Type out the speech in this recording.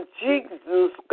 jesus